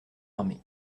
armée